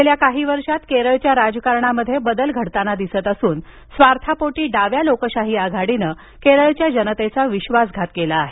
गेल्या काही वर्षात केरळच्या राजकारणामध्ये बदल घडताना दिसत असून स्वार्थापोटी डाव्या लोकशाही आघाडीनं केरळच्या जनतेचा विश्वासघात केला आहे